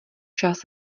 čas